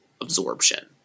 absorption